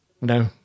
no